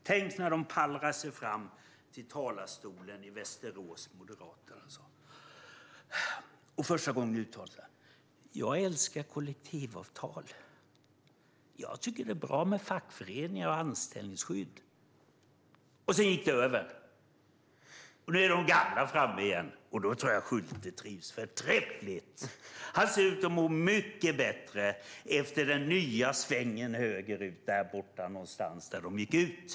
Tänk när Moderaterna pallrade sig fram till talarstolen i Västerås och första gången uttalade sig: Jag älskar kollektivavtal; jag tycker att det är bra med fackföreningar och anställningsskydd. Sedan gick det över. Nu är de gamla framme igen, och då tror jag att Schulte trivs förträffligt. Han ser ut att må mycket bättre efter den nya svängen högerut där borta där de gick ut.